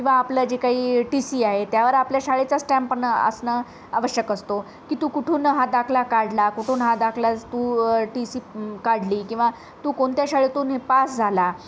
किंवा आपलं जे काही टी सी आहे त्यावर आपल्या शाळेचाच स्टॅम्प पण आ असणं आवश्यक असतो की तू कुठून हा दाखला काढला कुठून हा दाखला तू टी सी काढली किंवा तू कोणत्या शाळेतून हे पास झाला